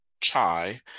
chai